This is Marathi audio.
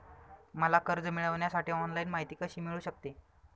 मला कर्ज मिळविण्यासाठी ऑनलाइन माहिती कशी मिळू शकते?